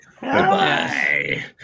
goodbye